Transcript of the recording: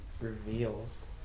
reveals